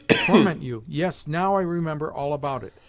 torment you! yes, now i remember all about it.